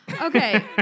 Okay